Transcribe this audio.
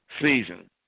season